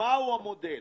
הוא המודל,